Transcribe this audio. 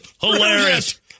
Hilarious